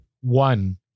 One